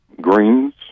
greens